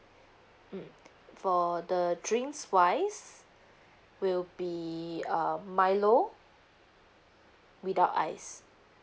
mm for the drinks wise will be um milo without ice